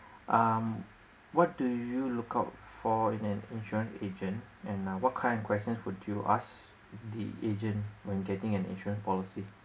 um what do you look out for in an insurance agent and uh what kind of question would you ask the agent when getting an insurance policy